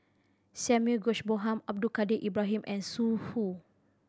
Samuel George Bonham Abdul Kadir Ibrahim and Zhu Hu